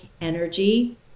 energy